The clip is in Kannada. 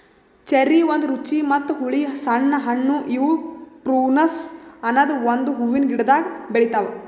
ಚೆರ್ರಿ ಒಂದ್ ರುಚಿ ಮತ್ತ ಹುಳಿ ಸಣ್ಣ ಹಣ್ಣು ಇವು ಪ್ರುನುಸ್ ಅನದ್ ಒಂದು ಹೂವಿನ ಗಿಡ್ದಾಗ್ ಬೆಳಿತಾವ್